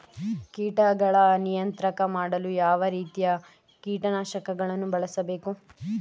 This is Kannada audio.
ಕೀಟಗಳ ನಿಯಂತ್ರಣ ಮಾಡಲು ಯಾವ ರೀತಿಯ ಕೀಟನಾಶಕಗಳನ್ನು ಬಳಸಬೇಕು?